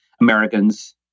Americans